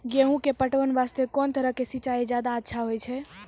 गेहूँ के पटवन वास्ते कोंन तरह के सिंचाई ज्यादा अच्छा होय छै?